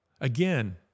Again